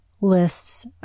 lists